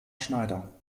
schneider